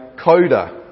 Coda